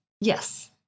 Yes